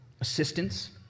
Assistance